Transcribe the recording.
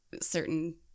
certain